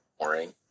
boring